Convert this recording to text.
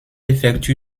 effectue